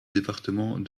département